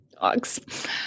Dogs